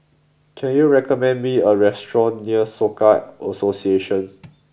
can you recommend me a restaurant near Soka Association